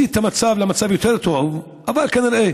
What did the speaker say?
את המצב למצב יותר טוב, אבל כנראה